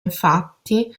infatti